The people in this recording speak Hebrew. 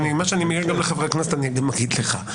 ומה שאני מעיר לחברי הכנסת אני גם אגיד לך.